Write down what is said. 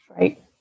Right